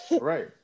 right